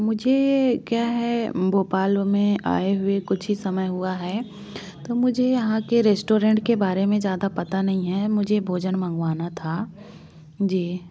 मुझे क्या है भोपाल में आए हुए कुछ ही समय हुआ है तो मुझे यहाँ के रेस्टोरेंट के बारे में ज़्यादा पता नहीं है मुझे भोजन मंगवाना था जी